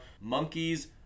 Monkeys